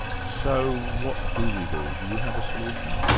so what do we do? do you have a solution?